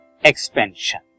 expansion